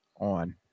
on